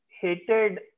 hated